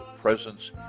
presence